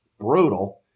brutal